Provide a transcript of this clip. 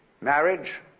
Marriage